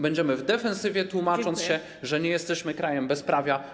Będziemy w defensywie, tłumacząc się, że nie jesteśmy krajem bezprawia.